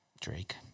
Drake